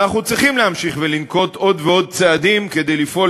ואנחנו צריכים להמשיך ולנקוט עוד ועוד צעדים כדי לפעול